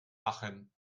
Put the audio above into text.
machen